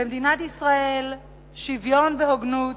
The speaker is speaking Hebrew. במדינת ישראל שוויון והוגנות